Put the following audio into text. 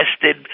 tested